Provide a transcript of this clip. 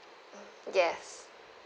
yes